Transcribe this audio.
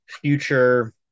future